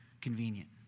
convenient